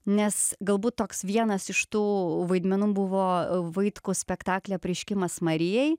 nes galbūt toks vienas iš tų vaidmenų buvo vaitkaus spektaklyje apreiškimas marijai